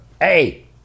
Hey